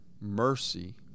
mercy